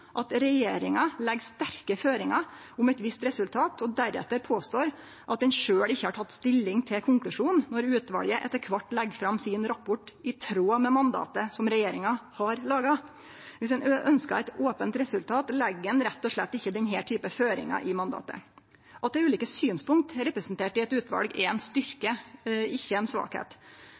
at regjeringa legg sterke føringar om eit visst resultat og deretter påstår at dei sjølve ikkje har teke stilling til konklusjonen, når utvalet etter kvart legg fram rapporten sin i tråd med mandatet som regjeringa har laga. Viss ein ønskjer eit ope resultat, legg ein rett og slett ikkje denne typen føringar i mandatet. At det er ulike synspunkt representert i eit utval, er ein styrke, ikkje